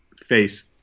face